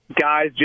guys